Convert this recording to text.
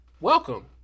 welcome